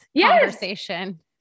conversation